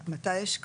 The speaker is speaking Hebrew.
מתי יש כוונה,